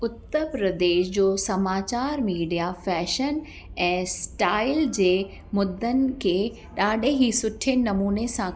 उत्तर प्रदेश जो समाचार media fashion ऐं स्टाइल जे मुदनि खे ॾाढे ई सुठे नमूने सां